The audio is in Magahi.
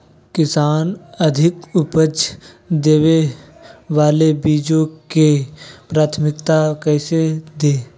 किसान अधिक उपज देवे वाले बीजों के प्राथमिकता कैसे दे?